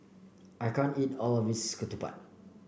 I can't eat all of this Ketupat